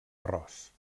arròs